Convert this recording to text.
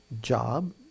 job